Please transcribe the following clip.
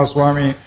Swami